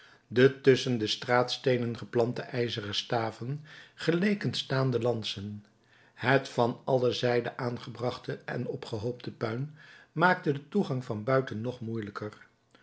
de tusschen de straatsteenen geplante ijzeren staven geleken staande lansen het van alle zijden aangebrachte en opgehoopte puin maakte den toegang van buiten nog moeielijker